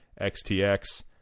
XTX